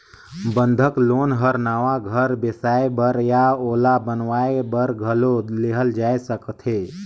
बंधक लोन हर नवा घर बेसाए बर या ओला बनावाये बर घलो लेहल जाय सकथे